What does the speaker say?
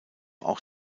auch